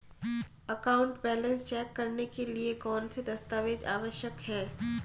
Account balance check करने के लिए कौनसे दस्तावेज़ आवश्यक हैं?